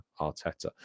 Arteta